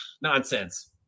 Nonsense